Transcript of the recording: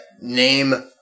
name